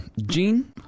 Gene